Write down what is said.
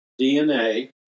DNA